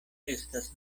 estas